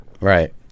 Right